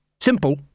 Simple